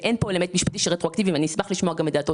ואין כאן אלמנט משפטי של רטרואקטיביות ואני אשמח לשמוע גם את דעתו